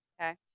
Okay